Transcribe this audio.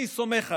אני סומך עליה.